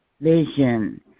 vision